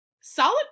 solid